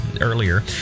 earlier